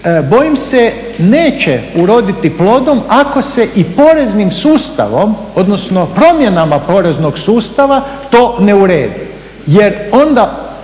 bojim se neće uroditi plodom ako se i poreznim sustavom odnosno promjenama poreznog sustava to ne uredi